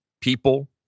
people